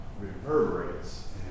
reverberates